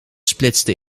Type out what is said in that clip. splitste